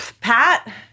Pat